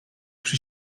przy